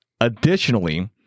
Additionally